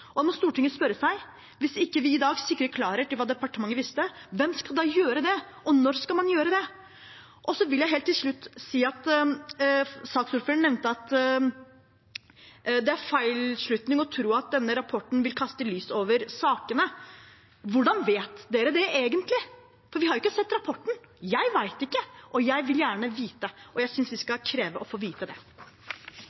Stortinget må spørre seg: Hvis ikke vi i dag sikrer klarhet i hva departementet visste, hvem skal da gjøre det, og når skal man gjøre det? Og så vil jeg helt til slutt si at saksordføreren nevnte at det er en feilslutning å tro at denne rapporten vil kaste lys over sakene. Hvordan vet man det – egentlig? For vi har ikke sett rapporten. Jeg vet ikke, jeg vil gjerne vite, og jeg synes vi